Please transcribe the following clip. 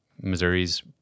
Missouri's